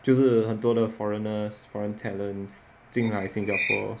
就是很多的 foreigners foreign talents 进来新加坡